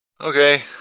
Okay